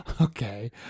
okay